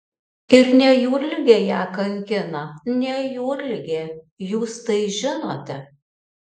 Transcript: ir ne jūrligė ją kankina ne jūrligė jūs tai žinote